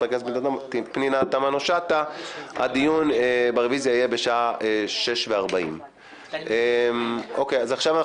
הכנסת פנינה תמנו שטה הדיון ברביזיה יהיה בשעה 18:40. עכשיו,